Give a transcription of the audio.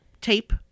tape